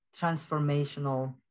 transformational